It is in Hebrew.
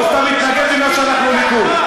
הוא סתם התנגד בגלל שאנחנו ליכוד.